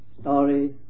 story